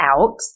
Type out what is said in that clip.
out